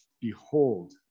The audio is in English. behold